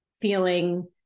feeling